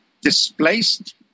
displaced